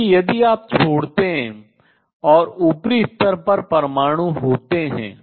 क्योंकि यदि आप छोड़ते हैं और ऊपरी स्तर पर परमाणु होते हैं